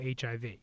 HIV